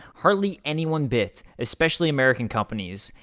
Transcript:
hardly anyone bit, especially american companies.